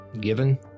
given